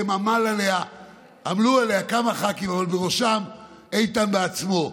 עמלו עליה כמה ח"כים אבל בראשם איתן בעצמו.